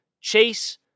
Chase